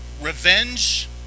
revenge